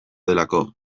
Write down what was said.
delako